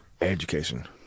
education